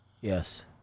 Yes